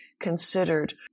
considered